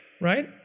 right